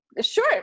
sure